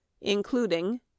including